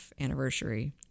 anniversary